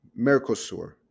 Mercosur